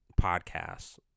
podcasts